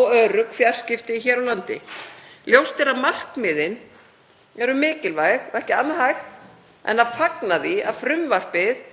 og örugg fjarskipti hér á landi. Ljóst er að markmiðin eru mikilvæg og ekki annað hægt en að fagna því að frumvarpið